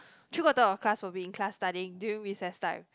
three quarters of the class will be in class studying during recess time